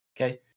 okay